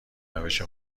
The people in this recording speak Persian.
روش